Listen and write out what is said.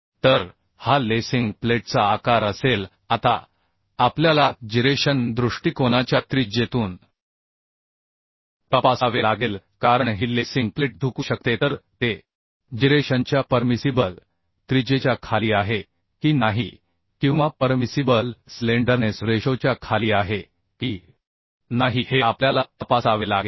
तर हा लेसिंग प्लेटचा आकार असेल आता आपल्याला जिरेशन दृष्टिकोनाच्या त्रिज्येतून तपासावे लागेल कारण ही लेसिंग प्लेट झुकू शकते तर ते जिरेशनच्या परमिसिबल त्रिज्येच्या खाली आहे की नाही किंवा परमिसिबल स्लेंडरनेस रेशोच्या खाली आहे की नाही हे आपल्याला तपासावे लागेल